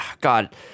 God